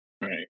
Right